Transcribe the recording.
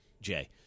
Jay